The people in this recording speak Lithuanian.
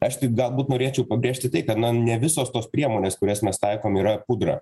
aš tik galbūt norėčiau pabrėžti tai kad na ne visos tos priemonės kurias mes taikom yra pudra